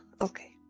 okay